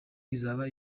izaba